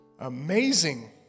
Amazing